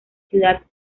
ciudad